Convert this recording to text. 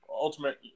ultimate